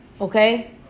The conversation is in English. okay